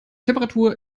temperatur